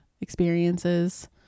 experiences